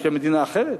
יש להם מדינה אחרת?